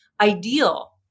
ideal